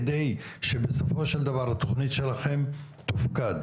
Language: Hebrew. על מנת שבסופו של דבר התכנית שלכם תופקד?